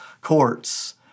courts